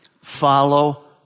Follow